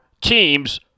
team's